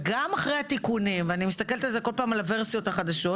גם אחרי התיקונים וכל פעם אני מסתכלת על הוורסיות החדשות